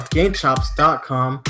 GameChops.com